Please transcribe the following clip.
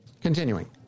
Continuing